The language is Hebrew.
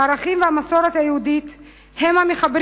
הערכים והמסורת היהודית הם המחברים